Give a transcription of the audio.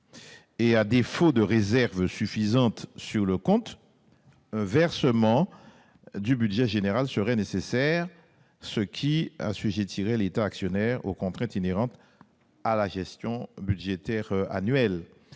et à défaut de réserves suffisantes sur le compte, un versement du budget général serait nécessaire, ce qui assujettirait l'État actionnaire aux contraintes inhérentes à la gestion budgétaire annuelle.